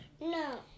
No